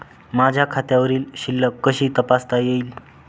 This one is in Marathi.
माझ्या खात्यावरील शिल्लक कशी तपासता येईल?